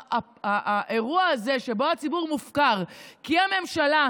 האירוע הזה שבו הציבור מופקר כי הממשלה,